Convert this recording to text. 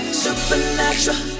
supernatural